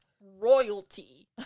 royalty